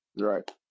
Right